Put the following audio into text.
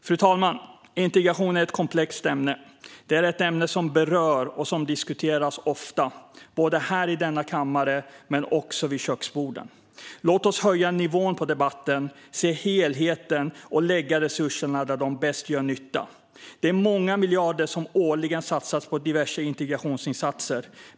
Fru talman! Integrationen är ett komplext ämne. Det är ett ämne som berör och det diskuteras ofta, både här i denna kammare och vid köksborden. Låt oss höja nivån på debatten, se helheten och lägga resurserna där de bäst gör nytta. Det är många miljarder som årligen satsas på diverse integrationsinsatser.